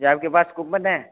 जी आपके पास कूपन है